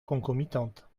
concomitantes